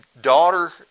daughter